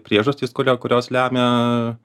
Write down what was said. priežastys kuria kurios lemia